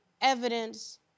evidence